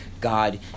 God